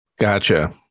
Gotcha